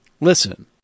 Listen